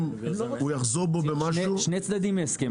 אם הוא יחזור בו במשהו --- צריך שני צדדים להסכם.